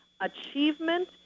achievement